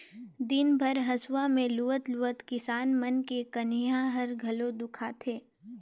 दिन भर हंसुआ में लुवत लुवत किसान मन के कनिहा ह घलो दुखा थे